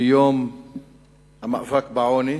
ביום המאבק בעוני